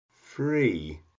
free